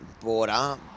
border